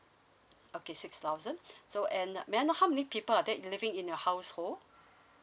okay six thousand so and may I know how many people are there living in your household